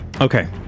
okay